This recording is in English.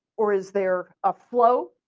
or is there a flow.